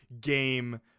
game